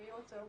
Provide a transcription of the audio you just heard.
בייעוץ.